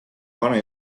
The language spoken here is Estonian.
pane